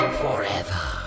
forever